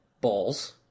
balls